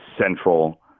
Central